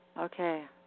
Okay